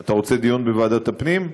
אתה רוצה דיון בוועדת הפנים?